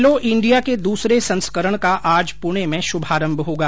खेलो India के दूसरे संस्करण का आज पुणे में शुभारंभ होगा